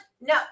no